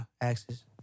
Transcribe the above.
axes